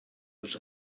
was